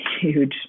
huge